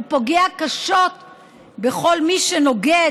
ופוגע קשות בכל מי שנוגד,